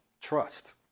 trust